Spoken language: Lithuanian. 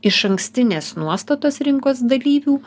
išankstinės nuostatos rinkos dalyvių